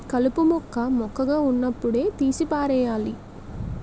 కలుపు మొక్క మొక్కగా వున్నప్పుడే తీసి పారెయ్యాలి